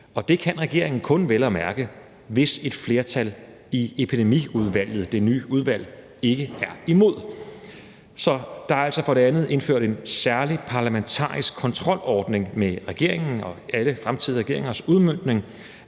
og det kan regeringen vel at mærke kun, hvis et flertal i Epidemiudvalget, det nye udvalg, ikke er imod. Så der er altså for det andet indført en særlig parlamentarisk kontrolordning med regeringen og alle fremtidige regeringers udmøntning